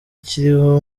kiriho